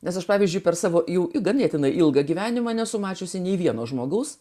nes aš pavyzdžiui per savo jau ganėtinai ilgą gyvenimą nesu mačiusi nei vieno žmogaus